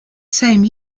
same